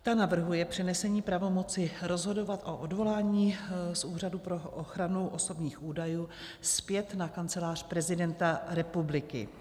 Ta navrhuje přenesení pravomoci rozhodovat o odvolání z Úřadu pro ochranu osobních údajů zpět na Kancelář prezidenta republiky.